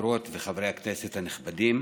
חברות וחברי הכנסת הנכבדים,